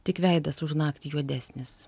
tik veidas už naktį juodesnis